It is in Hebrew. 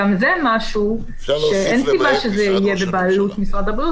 גם זה משהו שאין סיבה שזה בבעלות משרד הבריאות,